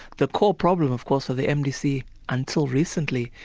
the core problem of course of the mdc until recently,